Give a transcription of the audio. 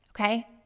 Okay